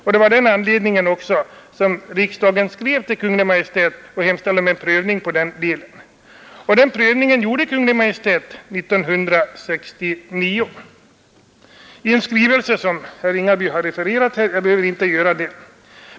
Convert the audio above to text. Det var av den anledningen som riksdagen skrev till Kungl. Maj:t och hemställde om en prövning av den delen. Denna prövning gjorde Kungl. Maj:t 1969. Herr Ringaby har refererat skrivelsen, och jag behöver inte göra det.